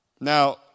Now